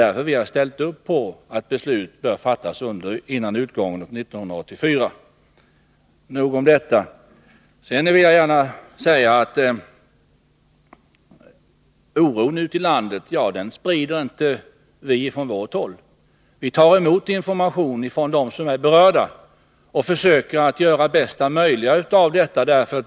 Därför har vi ställt upp på att beslut bör fattas före utgången av 1984. Nog om detta. Det är inte vi som sprider oro i landet. Vi tar emot information från dem som är berörda, och vi försöker göra det bästa möjliga av detta.